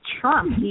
Trump